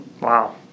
Wow